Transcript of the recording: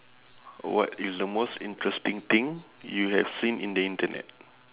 what is the most interesting thing you have seen in the internet